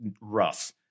rough